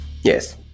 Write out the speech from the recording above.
Yes